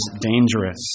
dangerous